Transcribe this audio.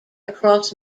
across